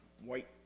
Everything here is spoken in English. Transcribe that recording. white